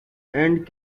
and